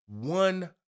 one